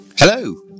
Hello